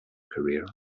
career